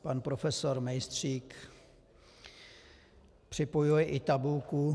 Pan profesor Mejstřík připojuje i tabulku